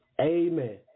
Amen